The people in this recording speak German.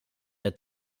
der